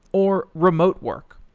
or remote work?